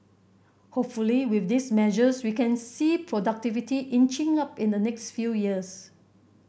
hopefully with these measures we can see productivity inching up in the next few years